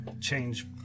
change